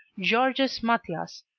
georges mathias,